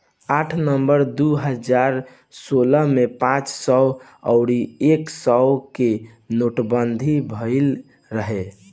आठ नवंबर दू हजार सोलह में पांच सौ अउरी एक हजार के नोटबंदी भईल रहे